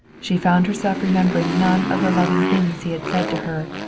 she found herself remembering none of the loving things he had said to her,